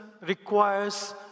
requires